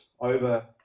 over